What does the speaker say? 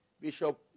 Bishop